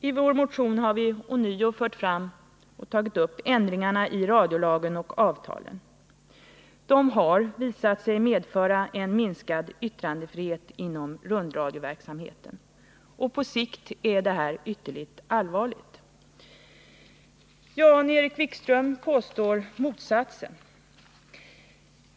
I vår motion har vi för det andra ånyo tagit upp ändringarna i radiolagen och avtalen. De har visat sig medföra minskad yttrandefrihet inom rundradioverksamheten. På sikt är detta ytterligt allvarligt. Jan-Erik Wikström påstår motsatsen.